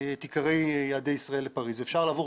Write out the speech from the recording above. את עיקרי יעדי הסביבה לפריס ואפשר לעבור